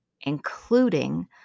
including